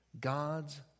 God's